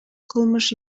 кылмыш